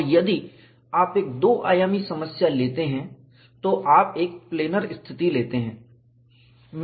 और यदि आप एक दो आयामी समस्या लेते हैं तो आप एक प्लैनर स्थिति लेते हैं